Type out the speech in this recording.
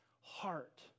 heart